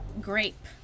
Grape